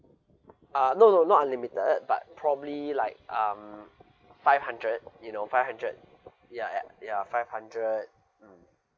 uh no no not limited but probably like um five hundred you know five hundred ya at ya five hundred mm